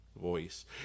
Voice